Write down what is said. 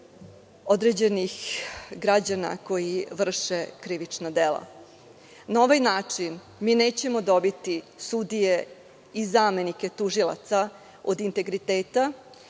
određenih građana koji vrše krivična dela. Na ovaj način, mi nećemo dobiti sudije i zamenike tužilaca od integriteta